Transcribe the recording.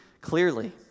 Clearly